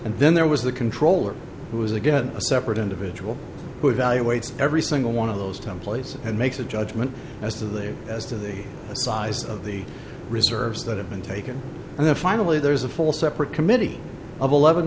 and then there was the controller who was again a separate individual who evaluated every single one of those time place and makes a judgment as to there as to the size of the reserves that have been taken and then finally there's a full separate committee of eleven